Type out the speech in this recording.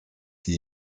die